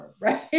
right